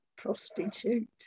prostitute